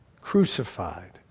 Crucified